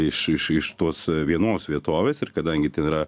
iš iš iš tos vienos vietovės ir kadangi ten yra